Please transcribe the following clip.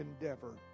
endeavor